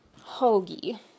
hoagie